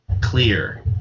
clear